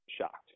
shocked